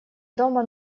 дома